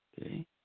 Okay